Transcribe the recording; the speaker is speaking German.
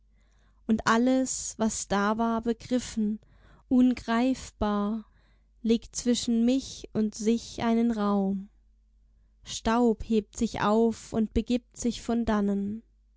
und alles was da war begriffen ungreifbar legt zwischen mich und sich einen raum staub hebt sich auf und begibt sich von dannen